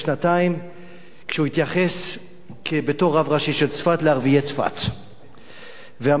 כשהוא התייחס בתור רב ראשי של צפת לערביי צפת ואמר לא להשכיר להם דירות